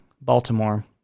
baltimore